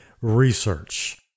research